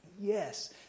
Yes